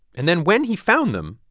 and then when he found them,